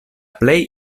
plej